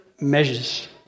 measures